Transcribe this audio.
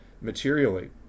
materially